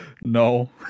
No